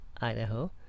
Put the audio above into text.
Idaho